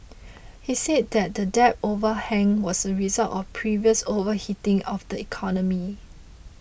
he said that the debt overhang was a result of previous overheating of the economy